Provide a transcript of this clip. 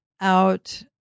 out